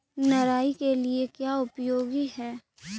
निराई के लिए क्या उपयोगी है?